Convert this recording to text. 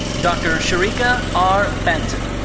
dr. shereka r. banton.